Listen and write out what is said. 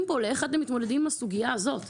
כאן שיאמרו איך אתם מתמודדים עם הסוגייה הזאת.